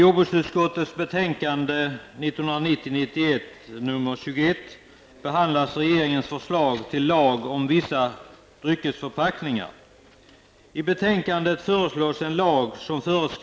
Fru talman!